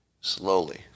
slowly